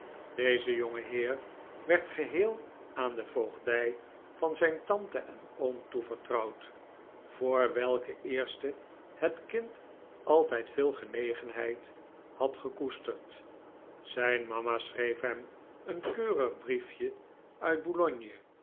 deze jongeheer werd geheel aan de voogdij van zijn tante en oom toevertrouwd voor welke eerste het kind altijd veel genegenheid had gekoesterd zijn mama schreef hem een keurig briefje uit